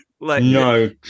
No